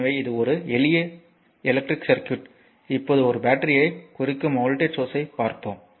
எனவே இது ஒரு எளிய எலக்ட்ரிக் சர்க்யூட் இப்போது ஒரு பேட்டரியைக் குறிக்கும் வோல்ட்டேஜ் சோர்ஸ்யைப் பார்ப்போம்